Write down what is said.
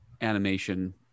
animation